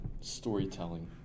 storytelling